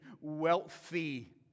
wealthy